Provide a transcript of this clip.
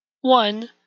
One